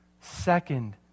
Second